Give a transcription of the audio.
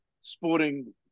sporting